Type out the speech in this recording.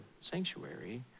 sanctuary